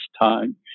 time